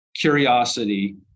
curiosity